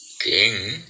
King